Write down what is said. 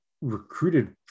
recruited